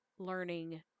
Learning